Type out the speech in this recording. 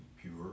pure